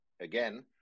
again